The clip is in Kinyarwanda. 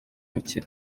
mukino